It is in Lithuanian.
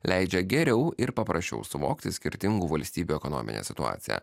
leidžia geriau ir paprasčiau suvokti skirtingų valstybių ekonominę situaciją